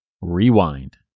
Rewind